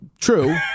True